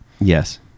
Yes